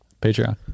Patreon